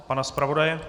Pana zpravodaje.